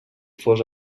fos